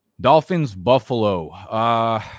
Dolphins-Buffalo